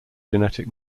genetic